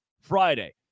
Friday